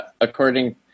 according